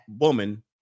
woman